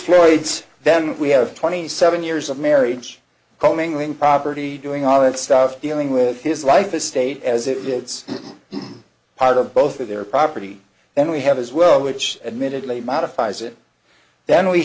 floyd's then we have twenty seven years of marriage commingling property doing all that stuff dealing with his life estate as it gets part of both of their property then we have as well which admittedly modifies it then we